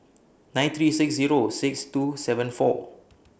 nine three six Zero six two seven four